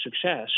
success